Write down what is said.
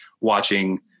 watching